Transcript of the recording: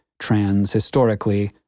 trans-historically